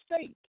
state